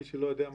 למי שלא יודע,